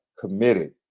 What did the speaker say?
committed